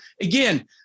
again